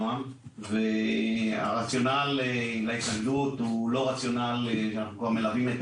אנו מלווים את